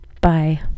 Bye